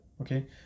okay